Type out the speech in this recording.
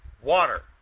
water